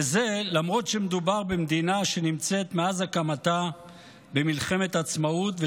וזה למרות שמדובר במדינה שנמצאת מאז הקמתה במלחמת עצמאות,